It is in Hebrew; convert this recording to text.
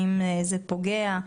האם זה פוגע,